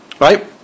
Right